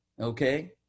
okay